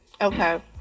Okay